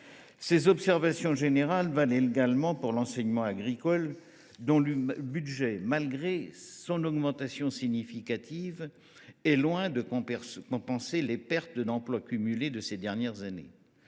Ces observations générales valent également pour l’enseignement agricole, dont le budget, malgré son augmentation significative, est loin de compenser les pertes d’emplois cumulées des dernières années.